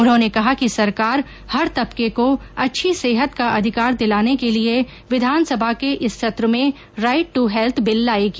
उन्होंने कहा कि सरकार हर तबके को अच्छी सेहत का अधिकार दिलाने के लिए विधानसभा के इस सत्र में राइट टू हैल्थ बिल लाएगी